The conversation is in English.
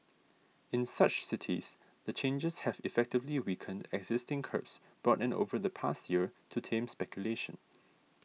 in such cities the changes have effectively weakened existing curbs brought in over the past year to tame speculation